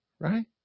Right